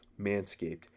Manscaped